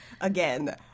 again